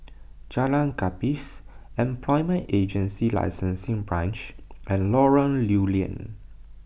Jalan Gapis Employment Agency Licensing Branch and Lorong Lew Lian